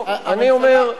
טוב, אני אומר: